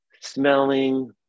smelling